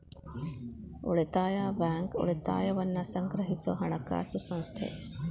ಉಳಿತಾಯ ಬ್ಯಾಂಕ್, ಉಳಿತಾಯವನ್ನ ಸಂಗ್ರಹಿಸೊ ಹಣಕಾಸು ಸಂಸ್ಥೆ